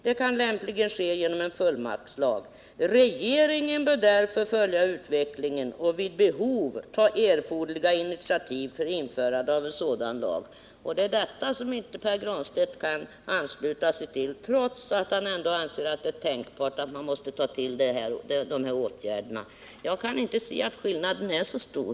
Det kan lämpligen ske genom en fullmaktslag. Regeringen bör därför följa utvecklingen och vid behov ta erforderliga initiativ för införande av en sådan lag.” Det är detta som inte Pär Granstedt kan ansluta sig till, trots att han ändå anser att det är tänkbart att man måste ta till dessa åtgärder. Jag kan inte se att skillnaden är så stor.